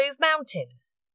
mountains